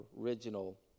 original